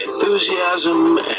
Enthusiasm